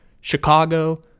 Chicago